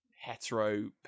hetero